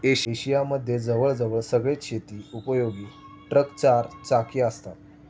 Asia मध्ये जवळ जवळ सगळेच शेती उपयोगी ट्रक चार चाकी असतात